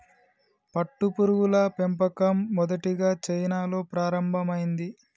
పట్టుపురుగుల పెంపకం మొదటిగా చైనాలో ప్రారంభమైంది